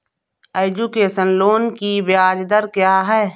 Education loan की ब्याज दर क्या है?